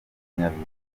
nyabihu